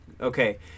Okay